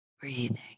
breathing